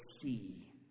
see